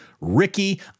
Ricky